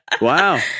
Wow